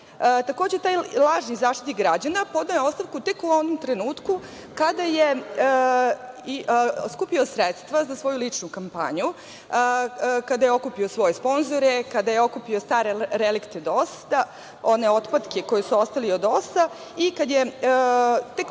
taj lažni Zaštitnik građana podneo je ostavku tek u onom trenutku kada je skupio sredstva za svoju ličnu kampanju, kada je okupio svoje sponzore, kada je okupio stare relikte DOS-a, one otpatke koji su ostali od DOS-a i tada se